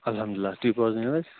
الحمدُ اللہ تُہۍ بوزنٲیِو حظ